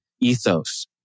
ethos